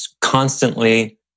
constantly